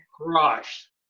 crush